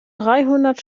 dreihundert